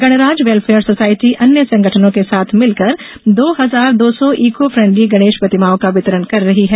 गणराज welfare society अन्य संगठनों के साथ मिलकर दो हजार दो सौ इको फेण्डली गणेश प्रतिमाओं का वितरण कर रही है